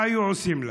מה היו עושים לה?